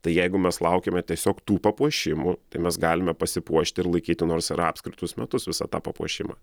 tai jeigu mes laukiame tiesiog tų papuošimų tai mes galime pasipuošti ir laikyti nors ir apskritus metus visą tą papuošimą